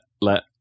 let